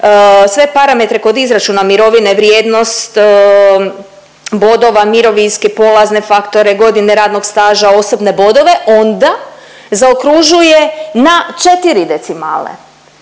sve parametre kod izračuna mirovina vrijednost bodova mirovinskih, polazne faktore, godine radnog staža, osobne bodove onda zaokružuje na četiri decimale,